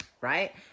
right